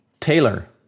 taylor